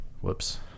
Whoops